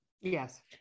Yes